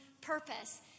purpose